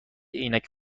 عینک